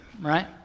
right